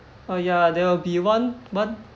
oh ya there'll be one one